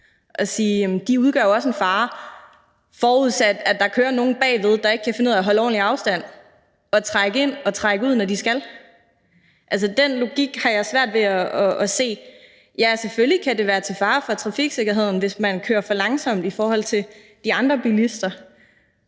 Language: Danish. de udgør jo også en fare, forudsat at der kører nogle bagved, der ikke kan finde ud af at holde ordentlig afstand og trække ind og trække ud, når de skal det. Altså, den logik har jeg svært ved at se. Ja, selvfølgelig kan det være til fare for trafiksikkerheden, hvis man kører for langsomt i forhold til de andre bilister.